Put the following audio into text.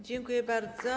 Dziękuję bardzo.